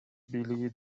бийлиги